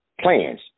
plans